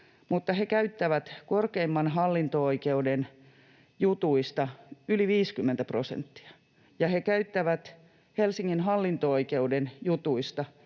mutta he käyttävät korkeimman hallinto-oikeuden jutuista yli 50 prosenttia, ja he käyttävät Helsingin hallinto-oikeuden jutuista